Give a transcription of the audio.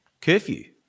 curfew